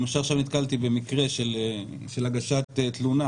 למשל עכשיו נתקלתי במקרה של הגשת תלונה